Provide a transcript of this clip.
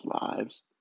lives